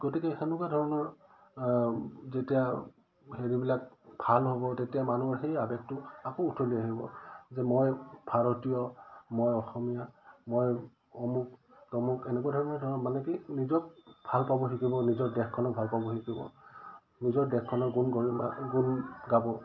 গতিকে তেনেকুৱা ধৰণৰ যেতিয়া হেৰিবিলাক ভাল হ'ব তেতিয়া মানুহৰ সেই আৱেগটো আকৌ উঠলি আহিব যে মই ভাৰতীয় মই অসমীয়া মই অমুক তমুক এনেকুৱা ধৰণৰ মানে কি নিজক ভাল পাব শিকিব নিজৰ দেশখনক ভাল পাব শিকিব নিজৰ দেশখনৰ গুণ গৰ গুণ গাব